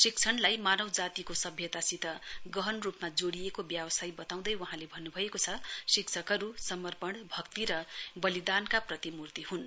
शिक्षणलाई मानवजातिको सभ्यतासित गहन रूपमा जोडिएको व्यावसाय बताउँदै वहाँले भन्नुभएको छ शिक्षकहरू समपर्ण भक्ति र बलिदानका प्रतिमूर्ति हुन्